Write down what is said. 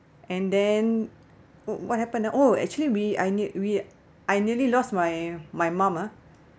and then what happen ah oh actually we I n~ we I nearly lost my my mum ah